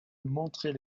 montrer